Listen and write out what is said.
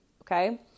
okay